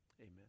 Amen